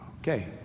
Okay